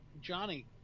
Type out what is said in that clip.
johnny